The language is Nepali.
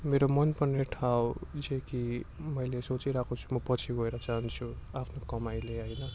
मेरो मनपर्ने ठाउँ जो कि मैले सोचिरहेको छु म पछि गएर जान्छु आफ्नो कमाइले होइन